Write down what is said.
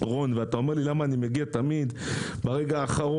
אתה אומר לי למה תמיד אני מגיע ברגע האחרון?